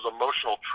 emotional